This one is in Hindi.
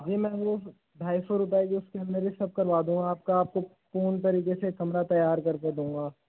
जी मैं ढाई सौ रुपये के उसके अंदर ही सब करवा दूंगा आपका आपको पूर्ण तरीके से कमरा तैयार करके दूंगा